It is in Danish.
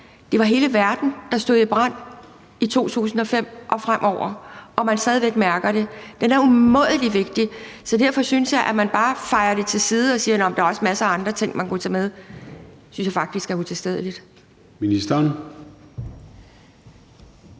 det var hele verden, der stod i brand i 2005 og fremover, og man mærker det stadig væk. Den er umådelig vigtig. Så derfor synes jeg, at når man bare fejer det til side og siger, at der også er masser af andre ting, man kunne tage med, er det faktisk utilstedeligt. Kl.